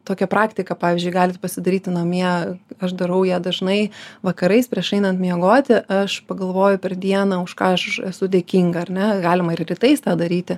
tokia praktika pavyzdžiui galite pasidaryti namie aš darau ją dažnai vakarais prieš einant miegoti aš pagalvoju per dieną už ką aš esu dėkinga ar ne galima ir rytais tą daryti